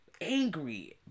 angry